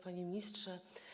Panie Ministrze!